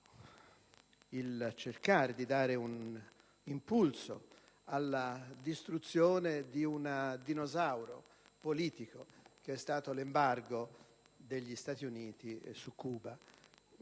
per cercare di dare un impulso alla distruzione di un dinosauro politico quale è l'embargo degli Stati Uniti verso Cuba.